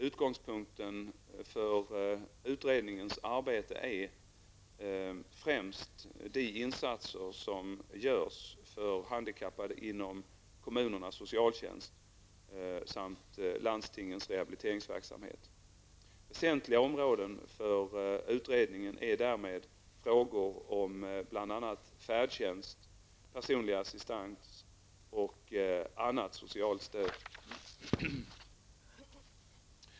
Utgångspunkten för utredningens arbete är främst de insatser som görs för handikappade inom kommunernas socialtjänst samt landstingens rehabiliteringsverksamhet. Väsentliga områden för utredningen är därmed frågor om bl.a. färdtjänst, personlig assistent och annat socialt stöd.